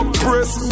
press